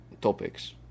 topics